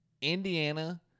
Indiana